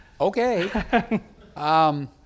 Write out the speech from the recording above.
Okay